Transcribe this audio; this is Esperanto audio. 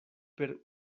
per